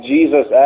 Jesus